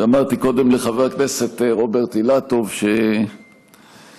ואמרתי קודם לחבר הכנסת רוברט אילטוב שהוא תמיד